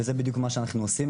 וזה בדיוק מה שאנחנו עושים,